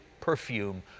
perfume